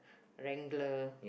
wrangler